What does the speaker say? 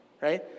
Right